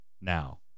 now